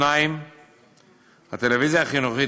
2. הטלוויזיה החינוכית,